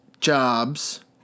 jobs